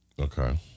Okay